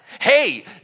Hey